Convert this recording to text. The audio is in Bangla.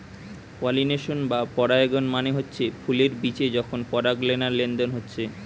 পলিনেশন বা পরাগায়ন মানে হচ্ছে ফুলের বিচে যখন পরাগলেনার লেনদেন হচ্ছে